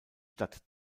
stadt